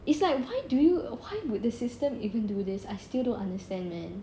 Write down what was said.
it's like why do you why would the system even do this I still don't understand man